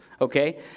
okay